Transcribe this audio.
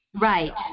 Right